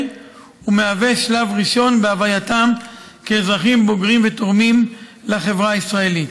ומהווה שלב ראשון בהווייתם כאזרחים בוגרים ותורמים לחברה הישראלית.